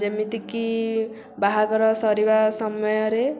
ଯେମିତିକି ବାହାଘର ସରିବା ସମୟରେ